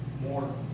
more